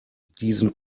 diesen